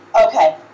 Okay